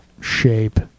shape